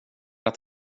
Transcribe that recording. att